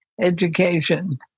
education